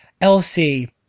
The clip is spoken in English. Elsie